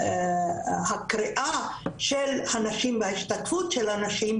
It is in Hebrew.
והקריאה של הנשים וההשתקפות של הנשים,